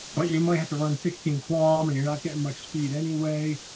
but you might have to run sixteen quam and you're not getting much speed anyway